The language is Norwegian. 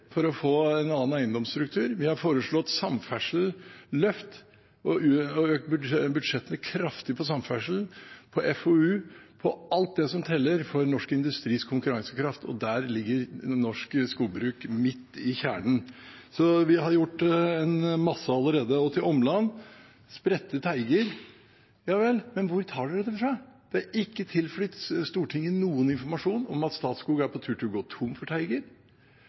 for å få en annen eiendomsstruktur, vi har foreslått samferdselsløft og økt budsjettene kraftig på samferdsel, på FoU og på alt som teller for norsk industris konkurransekraft. Og der ligger norsk skogbruk midt i kjernen. Så vi har gjort en masse allerede. Og til Omland: Spredte teiger? Ja vel, men hvor tar dere det fra? Det har ikke tilflytt Stortinget noen informasjon om at Statskog er på tur til å gå tom for teiger.